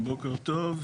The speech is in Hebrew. בוקר טוב.